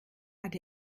hat